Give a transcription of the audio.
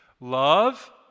Love